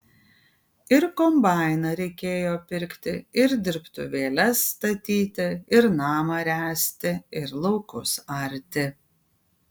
ir kombainą reikėjo pirkti ir dirbtuvėles statyti ir namą ręsti ir laukus arti